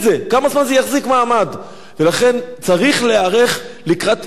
ולכן צריך להיערך לקראת התפוצצות הבועה הזאת,